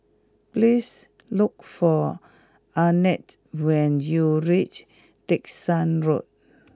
please look for Arnett when you reach Dickson Road